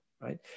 right